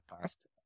past